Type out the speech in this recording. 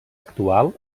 actual